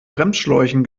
bremsschläuchen